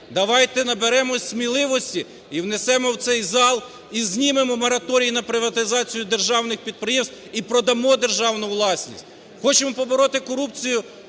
давайте наберемось сміливості і внесемо в цей зал і знімемо мораторій на приватизацію державних підприємств і продамо державну власність. Хочемо побороти корупцію